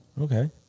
Okay